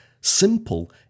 Simple